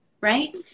right